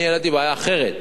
אני העליתי בעיה אחרת.